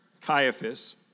Caiaphas